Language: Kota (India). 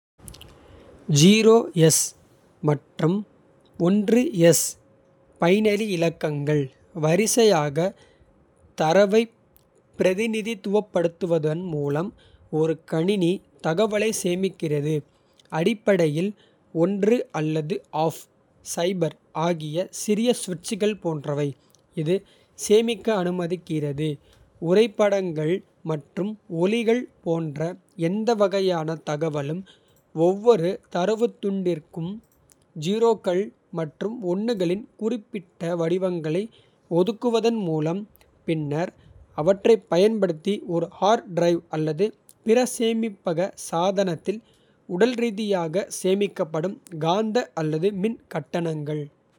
மற்றும் பைனரி இலக்கங்கள் வரிசையாக. தரவைப் பிரதிநிதித்துவப்படுத்துவதன் மூலம் ஒரு. கணினி தகவலைச் சேமிக்கிறது அடிப்படையில். அல்லது ஆஃப் ஆகிய சிறிய சுவிட்சுகள் போன்றவை. இது சேமிக்க அனுமதிக்கிறது உரை படங்கள் அல்லது. ஒலிகள் போன்ற எந்த வகையான தகவலும், ஒவ்வொரு. தரவுத் துண்டிற்கும் 0கள் மற்றும் 1களின் குறிப்பிட்ட. வடிவங்களை ஒதுக்குவதன் மூலம் பின்னர் அவற்றைப். பயன்படுத்தி ஒரு ஹார்ட் டிரைவ் அல்லது பிற சேமிப்பக. சாதனத்தில் உடல் ரீதியாக சேமிக்கப்படும். காந்த அல்லது மின் கட்டணங்கள்.